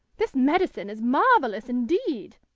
this medicine is marvellous, indeed!